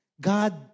God